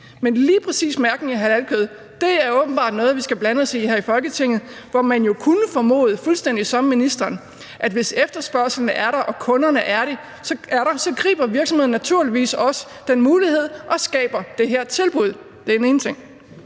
Men lige præcis mærkning af halalkød er åbenbart noget, vi skal blande os i her i Folketinget, hvor man jo kunne formode – fuldstændig som ministeren gør – at hvis efterspørgslen er der og kunderne er der, så griber virksomhederne naturligvis også den mulighed og skaber det her tilbud.